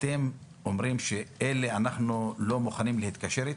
אתם אומרים שעם אלה אנחנו לא מוכנים להתקשר?